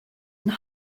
and